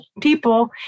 people